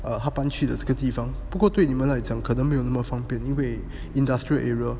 err 他搬去的这个地方不过对于你们来讲可能没有那么方便因为 industrial area